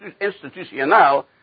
Institucional